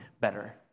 better